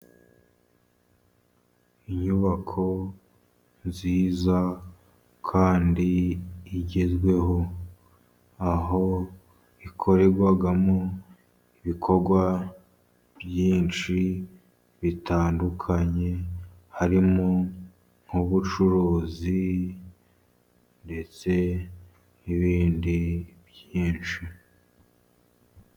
Inyubako nziza kandi igezweho, aho ikorerwamo ibikorwa byinshi bitandukanye, harimo nk'ubucuruzi ndetse n'ibindi byinshi.